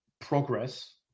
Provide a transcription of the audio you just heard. progress